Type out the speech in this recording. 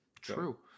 True